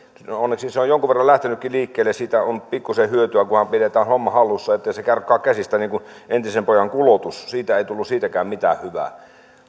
onneksi se on jonkun verran lähtenytkin liikkeelle siitä on pikkuisen hyötyä kunhan pidetään homma hallussa ettei se karkaa käsistä niin kuin entisen pojan kulotus ei tullut siitäkään mitään hyvää